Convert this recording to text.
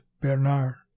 bernard